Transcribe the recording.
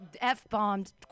F-bombed